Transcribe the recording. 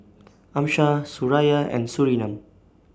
Amsyar Suraya and Surinam